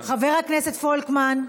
חבר הכנסת פולקמן,